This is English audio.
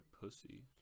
pussy